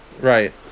Right